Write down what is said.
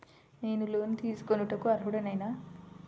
నేను లోన్ తీసుకొనుటకు అర్హుడనేన?